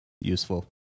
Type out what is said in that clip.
useful